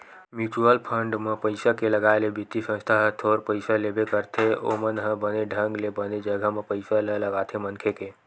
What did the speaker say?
mutual fund म पइसा के लगाए ले बित्तीय संस्था ह थोर पइसा लेबे करथे ओमन ह बने ढंग ले बने जघा म पइसा ल लगाथे मनखे के